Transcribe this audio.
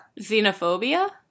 Xenophobia